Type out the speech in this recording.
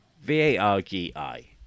V-A-R-G-I